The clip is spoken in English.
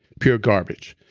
pure garbage.